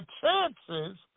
chances